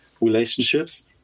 relationships